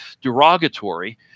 derogatory